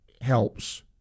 helps